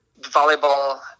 volleyball